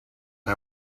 and